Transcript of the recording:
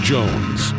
Jones